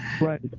Right